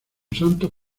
santos